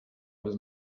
was